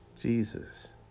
Jesus